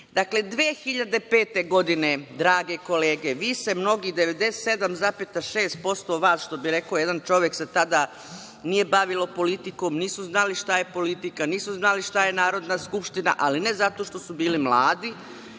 2005. godine, drage kolege, vi se mnogi 97,6% vas, što bi rekao jedan čovek, se tada nije bavilo politikom, nisu znali šta je politika, nisu znali šta je Narodna skupština, ali ne zato što su bili mladi,